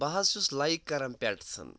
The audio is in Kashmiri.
بہٕ حظ چھُس لایِک کَران پٮ۪ٹسَن